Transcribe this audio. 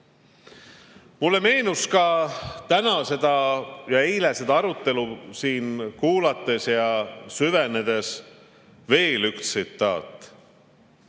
Mulle meenus ka täna ja eile seda arutelu siin kuulates ja süvenedes veel üks tsitaat: